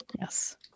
Yes